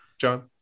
John